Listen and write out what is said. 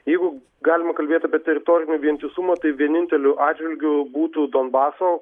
jeigu galima kalbėt apie teritorinį vientisumą tai vieninteliu atžvilgiu būtų donbaso